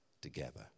together